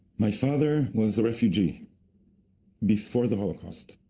my father was a refugee before the holocaust.